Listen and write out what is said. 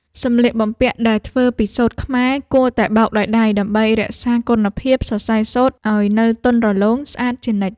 សម្លៀកបំពាក់ដែលធ្វើពីសូត្រខ្មែរគួរតែបោកដោយដៃដើម្បីរក្សាគុណភាពសរសៃសូត្រឱ្យនៅទន់រលោងស្អាតជានិច្ច។